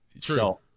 True